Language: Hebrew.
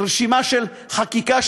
רשימה של חקיקה.